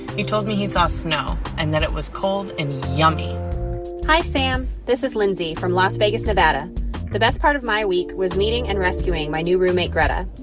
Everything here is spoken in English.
he told me he saw snow and that it was cold and yummy hi, sam. this is lindsay from las vegas, nev. and that's part of my week was meeting and rescuing my new roommate greta.